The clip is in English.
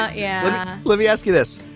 ah yeah let me ask you this.